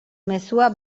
mezua